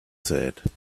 said